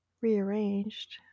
rearranged